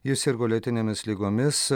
ji sirgo lėtinėmis ligomis